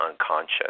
unconscious